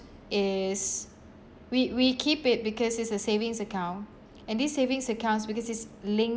is we we keep it because it's a savings account and this savings accounts because it's linked